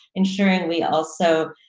ensuring we also